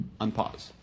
unpause